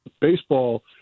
baseball